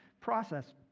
process